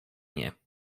nie